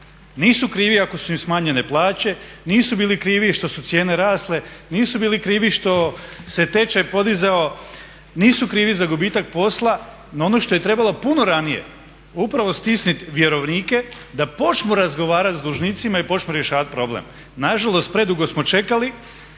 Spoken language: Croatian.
Nisu krivi ako su im smanjenje plaće, nisu bili krivi što su cijene rasle, nisu bili krivi što se tečaj podizao, nisu krivi za gubitak posla no ono što je trebalo puno ranije upravo stisnuti vjerovnike da počnu razgovarati s dužnicima i počnu rješavati problem. Nažalost predugo smo čekali